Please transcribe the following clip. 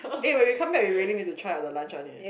eh when we come back we really need to try on the lunch [one] eh